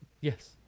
Yes